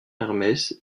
hermès